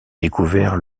découvert